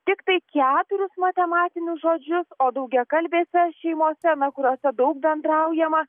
tiktai keturis matematinius žodžius o daugiakalbėse šeimose kuriose daug bendraujama